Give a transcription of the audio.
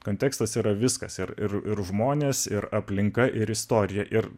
kontekstas yra viskas ir ir ir žmonės ir aplinka ir istorija ir